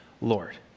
Lord